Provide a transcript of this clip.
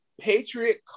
patriot